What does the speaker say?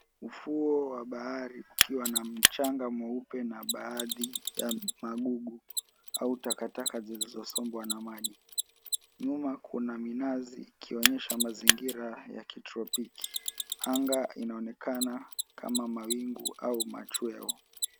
Ufuo wa bahari kukiwa na mchanga mweupe na baadhi ya magugu au takataka zilizo sombwa na maji, nyuma kuna minazi ikionyesha mazingira ya kitropiki, anga inaonekana kama mawingu au machweo.